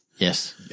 Yes